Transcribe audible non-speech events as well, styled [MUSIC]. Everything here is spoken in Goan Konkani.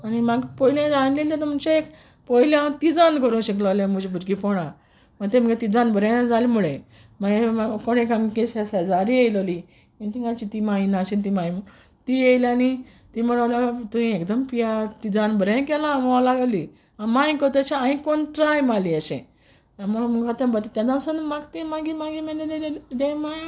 आनी म्हाक पोयलें रांदील तेदोन म्हुणचे एक पोयल हांव तिझान कोरूं शिकलोलें म्हुज भुरगेपोणान मागी तेम मुगे तिझान बोरें जाल म्हुळें मागीर कोण एक आमगे शेजारी येलोली इतिंगाची तिमाय [UNINTELLIGIBLE] तिमाय ती येयल आनी ती म्हुडों लागली तूंय एकदोम पिया तिझान बोरें केलां म्हुणों लागोली माय कोत्त तेश कोन्न हांय कोन्न ट्राय माली अेशें म्हूण म्हाका तें बोरें तेदोन सोन म्हाक तें मागी [UNINTELLIGIBLE]